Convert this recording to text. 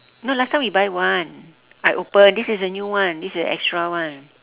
no last time we buy one I open this is a new one this is the extra one